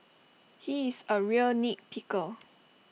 he is A real nit picker